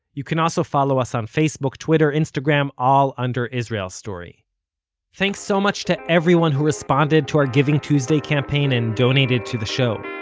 you can also follow us on facebook, twitter, instagram, all under israel story thanks so much to everyone who responded to our giving tuesday campaign, and donated to the show.